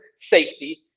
safety